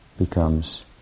Becomes